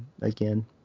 again